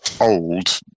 old